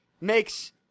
makes –